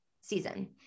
season